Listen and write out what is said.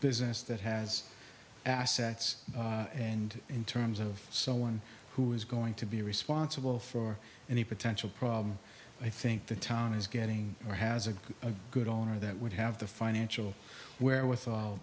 business that has assets and in terms of someone who is going to be responsible for any potential problem i think the town is getting or has a good owner that would have the financial wherewithal